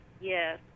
Yes